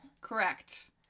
Correct